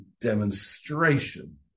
demonstration